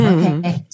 Okay